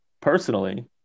personally